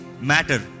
matter